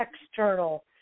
external